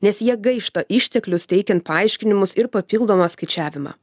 nes jie gaišta išteklius teikiant paaiškinimus ir papildomą skaičiavimą